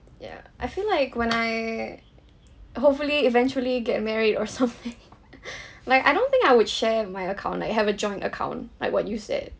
ya I feel like when I hopefully eventually get married or something like I don't think I would share my account like have a joint account like what you said